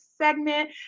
segment